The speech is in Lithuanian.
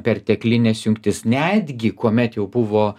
perteklines jungtis netgi kuomet jau buvo